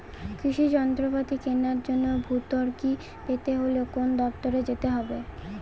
কৃষি যন্ত্রপাতি কেনার জন্য ভর্তুকি পেতে হলে কোন দপ্তরে যেতে হবে?